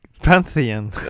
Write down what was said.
pantheon